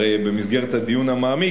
הרי במסגרת הדיון המעמיק,